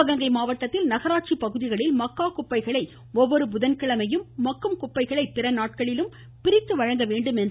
சிவகங்கை மாவட்டத்தில் நகராட்சி பகுதிகளில் மக்கா குப்பைகளை ஒவ்வொரு புதன்கிழமையும் மக்கும் குப்பைகளை பிற நாட்களிலும் பிரித்து வழங்க வேண்டும் என்று ஆணையர் திரு